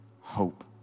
hope